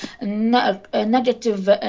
negative